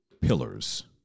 pillars